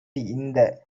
இந்த